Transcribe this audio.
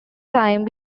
time